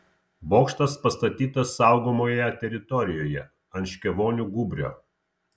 bokštas pastatytas saugomoje teritorijoje ant škėvonių gūbrio